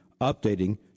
updating